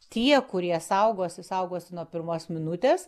tie kurie saugosi saugosi nuo pirmos minutės